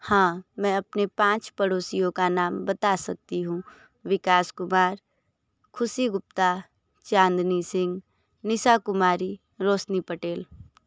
हाँ मैं अपने पाँच पड़ोसियों का नाम बता सकती हूँ विकास कुमार खुसी गुप्ता चांदनी सिंह निशा कुमारी रौशनी पटेल